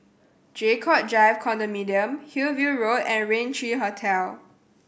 Draycott Drive Condominium Hillview Road and Rain Three Hotel